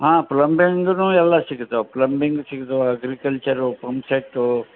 ಹಾಂ ಪ್ಲಮ್ಬಿಂಗ್ನೂ ಎಲ್ಲ ಸಿಗತಾವ ಪ್ಲಮ್ಬಿಂಗ್ ಸಿಗತಾವ ಅಗ್ರಿಕಲ್ಚರು ಪಂಪ್ ಸೆಟ್ಟು